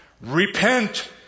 Repent